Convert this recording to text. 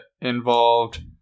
involved